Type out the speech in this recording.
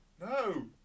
No